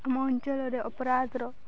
ଆମ ଅଞ୍ଚଳରେ ଅପରାଧର